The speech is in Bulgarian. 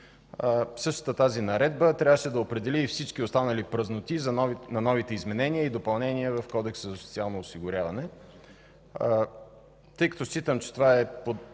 Същата тази наредба трябваше да определи всички останали празноти на новите изменения и допълнения в Кодекса за социално осигуряване. Тъй като считам, че това е порочна